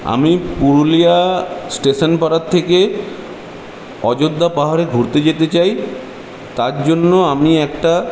আমি পুরুলিয়া স্টেশন পাড়ার থেকে অযোধ্যা পাহাড়ে ঘুরতে যেতে চাই তার জন্য আমি একটা